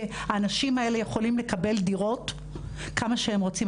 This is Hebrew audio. האנשים האלה יכולים לקבל דירות כמה שהם רוצים,